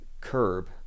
curb